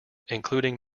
including